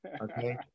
Okay